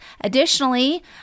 Additionally